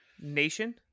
nation